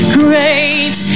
great